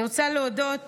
אני רוצה להודות